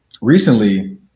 recently